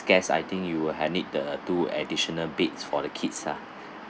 guests I think you will I need the two additional beds for the kids ah